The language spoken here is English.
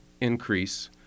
increase